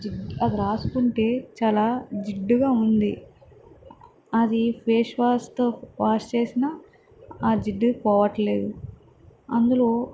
అది రాసుకుంటే చాలా జిడ్డుగా ఉంది అది ఫేస్ వాష్తో వాష్ చేసిన ఆ జిడ్డు పోవట్లేదు అందులో